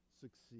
succeed